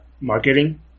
marketing